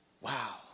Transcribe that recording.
wow